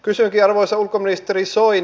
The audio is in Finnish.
kysynkin arvoisa ulkoministeri soini